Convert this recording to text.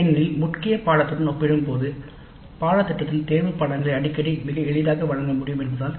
ஏனெனில் முக்கிய பாடநெறியுடன் ஒப்பிடும் போது பாடத்திட்டத்தில் தேர்வு பாடங்களை அடிக்கடி மிக எளிதாக வழங்க முடியும் என்பதால்